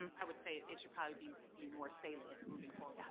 um i would say it it should probably be be more salient moving forward. yeah